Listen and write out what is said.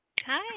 Hi